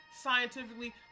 scientifically